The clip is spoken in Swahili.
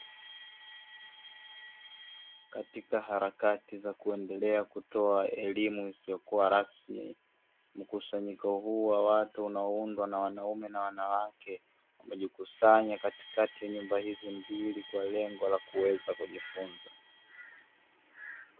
Katika harakati za kuendelea kutoa elimu isiyokuwa rasmi, mkusanyiko huu wa watu unaoundwa na wanaume na wanawake, wamekusanyika katikati ya nyumba hizi mbili kwa lengo la kuweza kujifunza.